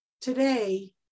today